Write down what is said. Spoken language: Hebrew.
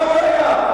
מה הבעיה?